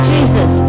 Jesus